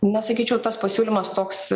na sakyčiau tas pasiūlymas toks